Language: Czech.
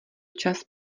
čas